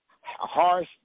harsh